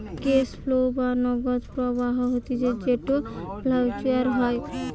cash flow বা নগদ প্রবাহ হতিছে যেটো ভার্চুয়ালি হয়